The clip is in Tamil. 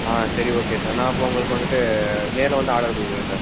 ஆ சரி ஓகே சார் நான் அப்போது உங்களுக்கு வந்துட்டு நேரில் வந்து ஆர்டர் கொடுக்குறேன் சார்